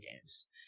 games